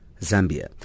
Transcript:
Zambia